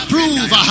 Prove